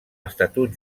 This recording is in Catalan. estatut